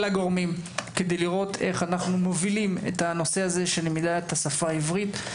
הגורמים כדי לראות איך אנו מובילים את הנושאשל למידת השפה העברית.